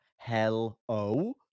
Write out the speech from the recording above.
Hello